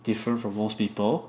different from most people